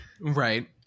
Right